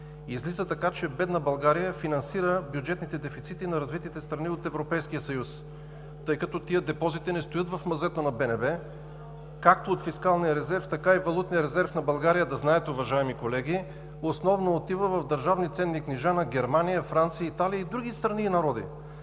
Излиза така, че бедна България финансира бюджетните дефицити на развитите страни от Европейския съюз, тъй като тези депозити не стоят в мазето на БНБ. Както фискалният резерв, така и валутният резерв на България, да знаете, уважаеми колеги, основно отива в държавни ценни книжа на Германия, Франция, Италия и други страни и народи.